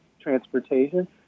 transportation